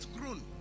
grown